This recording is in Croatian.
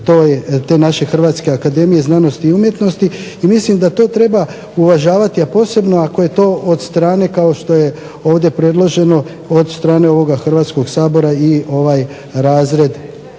te naše Hrvatske akademije znanosti i umjetnosti i mislim da to treba uvažavati a posebno ako je to od strane kako je ovdje predloženo, od strane Hrvatskoga sabora i ovaj razred